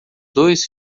dois